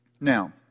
Now